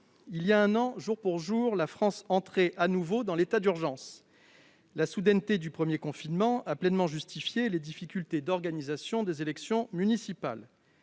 Il y a un an, jour pour jour, la France entrait de nouveau dans l'état d'urgence. La soudaineté du premier confinement a pleinement justifié les difficultés d'organisation des élections municipales.